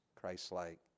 Christ-like